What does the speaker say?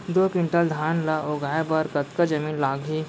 दो क्विंटल धान ला उगाए बर कतका जमीन लागही?